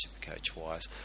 Supercoach-wise